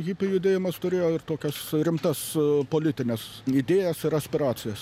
hipių judėjimas turėjo ir tokias rimtas politines idėjas ir aspiracijas